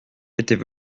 étaient